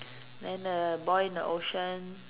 then the boy in the ocean